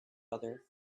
other